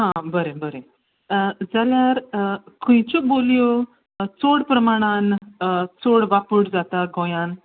हां बरें बरें जाल्यार खंयच्यो बोलयो चड प्रमाणांत चड वापर जाता गोंयान